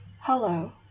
Hello